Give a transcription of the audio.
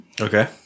Okay